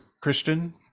Christian